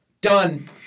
done